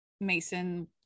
mason